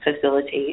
facilitate